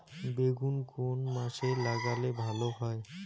বেগুন কোন মাসে লাগালে ভালো হয়?